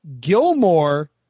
Gilmore